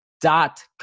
dot